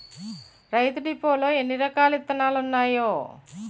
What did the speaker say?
రైతు డిపోలో ఎన్నిరకాల ఇత్తనాలున్నాయో